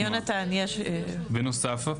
בנוסף,